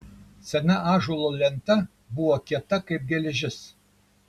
sena ąžuolo lenta buvo kieta kaip geležis